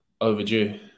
overdue